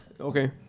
Okay